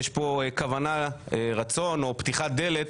יש פה כוונה רצון או פתיחת דלת,